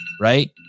right